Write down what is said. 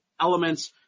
Elements